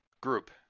group